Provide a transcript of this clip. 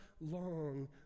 long